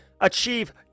achieve